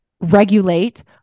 regulate